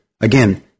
Again